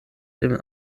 den